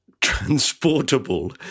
transportable